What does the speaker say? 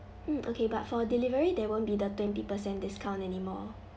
mm okay but for delivery there won't be the twenty percent discount anymore